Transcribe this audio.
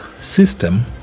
system